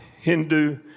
Hindu